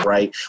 Right